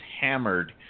hammered